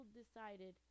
decided